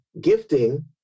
gifting